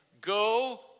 Go